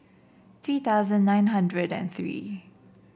three thousand nine hundred and three